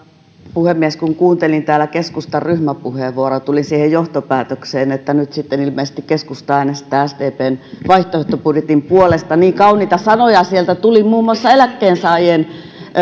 puhemies kun kuuntelin täällä keskustan ryhmäpuheenvuoroa tulin siihen johtopäätökseen että nyt sitten ilmeisesti keskusta äänestää sdpn vaihtoehtobudjetin puolesta niin kauniita sanoja sieltä tuli muun muassa eläkkeensaajien